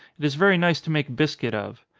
it is very nice to make biscuit of.